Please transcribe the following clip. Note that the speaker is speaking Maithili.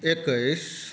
एकैस